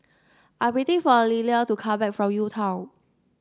I'm waiting for Liller to come back from UTown